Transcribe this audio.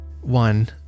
one